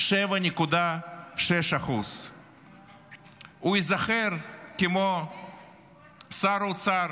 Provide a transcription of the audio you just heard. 7.6%; הוא ייזכר כשר האוצר